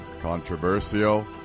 Controversial